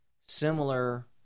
similar